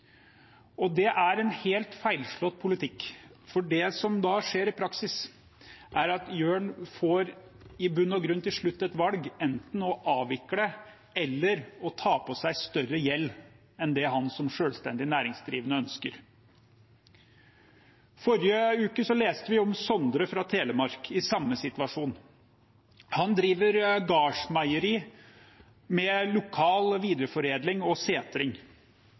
dyr. Det er en helt feilslått politikk, for det som da skjer i praksis, er at Jørn i bunn og grunn til slutt får et valg – enten å avvikle eller å ta på seg større gjeld enn det han som selvstendig næringsdrivende ønsker. Forrige uke leste vi om Sondre fra Telemark i samme situasjonen. Han driver gårdsmeieri med lokal videreforedling og setring